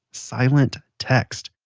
silent text,